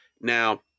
Now